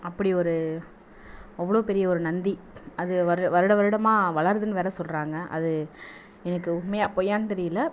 அப்படி ஒரு அவ்வளோ பெரிய ஒரு நந்தி அது வரு வருட வருடமாக வளருதுனு வேறு சொல்கிறாங்க அது எனக்கு உண்மையா பொய்யான்னு தெரியல